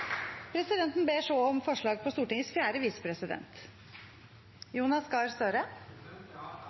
ber så om forslag på Stortingets første visepresident